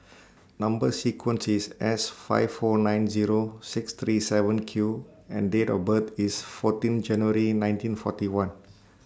Number sequence IS S five four nine Zero six three seven Q and Date of birth IS fourteen January nineteen forty one